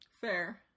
Fair